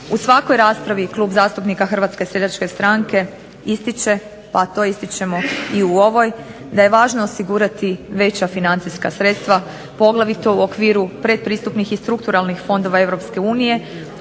U svakoj raspravi Klub zastupnika Hrvatske seljačke stranke ističe, pa to ističemo i u ovoj, da je važno osigurati veća financijska sredstva, poglavito u okviru pretpristupnih i strukturalnih fondova